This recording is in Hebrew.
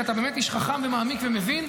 כי אתה באמת איש חכם ומעמיק ומבין,